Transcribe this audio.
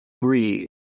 Breathe